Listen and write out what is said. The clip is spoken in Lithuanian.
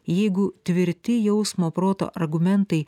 jeigu tvirti jausmo proto argumentai